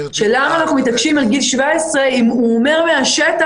של למה אנחנו מתעקשים על גיל 17 אם הוא אומר מהשטח